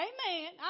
Amen